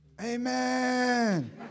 Amen